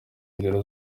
nzira